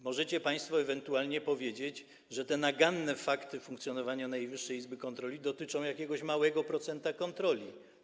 Możecie państwo ewentualnie powiedzieć, że te naganne fakty związane z funkcjonowaniem Najwyższej Izby Kontroli dotyczą jakiegoś małego procenta kontroli.